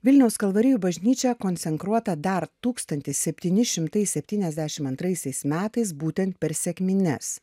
vilniaus kalvarijų bažnyčia konsekruota dar tūkstantis septyni šimtai septyniasdešim antraisiais metais būtent per sekmines